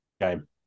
game